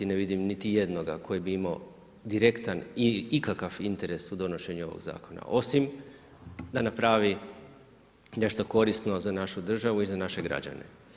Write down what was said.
Ne vidim niti jednoga koji bi imao direktan i ikakav interes u donošenju ovog zakona osim da napravi nešto korisno za našu državu i za naše građane.